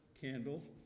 candle